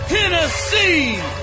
Tennessee